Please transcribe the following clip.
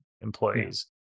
employees